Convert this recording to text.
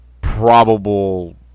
probable